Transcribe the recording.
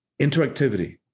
Interactivity